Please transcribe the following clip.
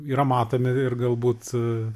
yra matomi ir galbūt